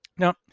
Now